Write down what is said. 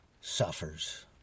suffers